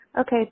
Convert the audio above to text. Okay